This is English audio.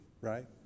right